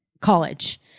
college